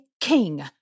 king